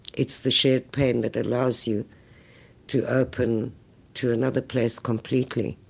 it's the shared pain that allows you to open to another place completely.